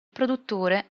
produttore